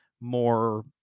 more